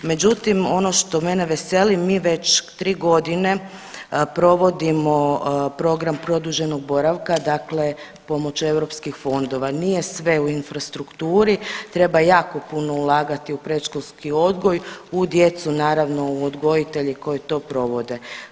Međutim ono što mene veseli mi već 3.g. provodimo program produženog boravka dakle pomoću europskih fondova, nije sve u infrastrukturi, treba jako puno ulagati u predškolski odgoj i u djecu naravno i u odgojitelje koji to provode.